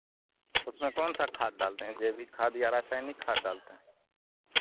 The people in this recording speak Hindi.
उसमे कौन सा खाद डालते हैं जैविक खाद या रासायनिक खाद डालते हैं